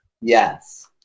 Yes